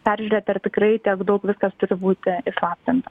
peržiūrėti ar tikrai tiek daug viskas turi būti įslaptinta